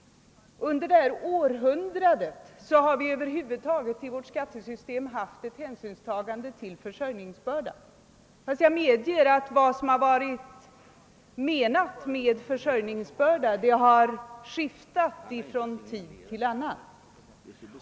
Under detta århundrade har vi över huvud taget i vårt skattesystem gått in för ett hänsynstagande = till försörjningsbördan, fastän jag medger att vad man menat med försörjningsbörda har skiftat från tid till annan.